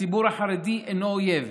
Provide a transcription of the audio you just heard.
הציבור החרדי אינו אויב,